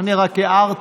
אני רק הארתי,